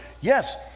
Yes